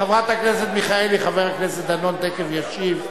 חברת הכנסת מיכאלי, חבר הכנסת תיכף ישיב.